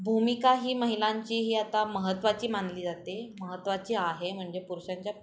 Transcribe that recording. भूमिका ही महिलांची ही आता महत्त्वाची मानली जाते महत्त्वाची आहे म्हणजे पुरुषांच्या